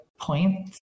points